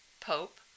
Pope